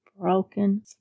broken